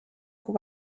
kui